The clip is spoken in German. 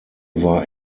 war